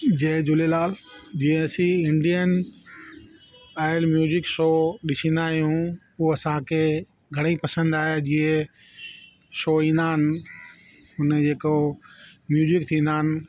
जय झूलेलाल जीअं असीं Indian Idol music show ॾिसंदा आहियूं उहा असांखे घणेई पसंदि आहे जीअं शो ईंदा आहिनि हुन जेको म्यूजिक थींदा आहिनि